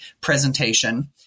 presentation